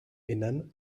innern